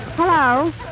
Hello